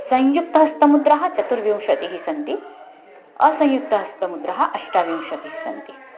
संयुक्तहस्तमुद्राः चतुर्विंशतिः सन्ति असंयुक्तहस्तमुद्राः अष्टाविंशतिः सन्ति